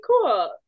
cool